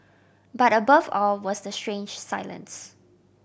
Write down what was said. but above all was the strange silence